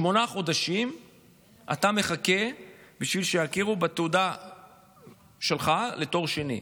שמונה חודשים אתה מחכה בשביל שיכירו בתעודה שלך לתואר שני.